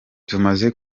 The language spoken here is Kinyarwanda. tumaze